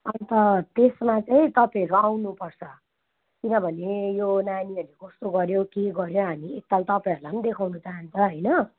अन्त त्यसमा चाहिँ तपाईँहरू आउनुपर्छ किनभने यो नानीहरूले कस्तो गर्यो के गर्यो हामी एकताल तपाईँहरूलाई पनि देखाउन चाहन्छ होइन